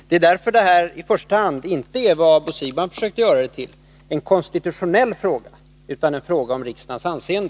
Det är därför det här i första hand inte är vad Bo Siegbahn försöker göra det till, en konstitutionell fråga, utan en fråga om riksdagens anseende.